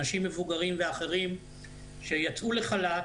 אנשים מבוגרים ואחרים שיצאו לחל"ת,